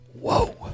Whoa